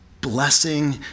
blessing